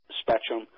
spectrum